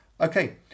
Okay